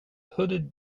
hooded